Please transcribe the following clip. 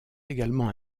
également